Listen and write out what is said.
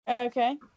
Okay